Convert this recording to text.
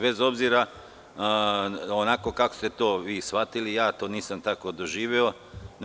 Bez obzira kako ste vi to shvatili, ja to nisam tako doživeo.